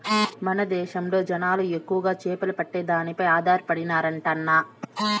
మన దేశంలో జనాలు ఎక్కువగా చేపలు పట్టే దానిపై ఆధారపడినారంటన్నా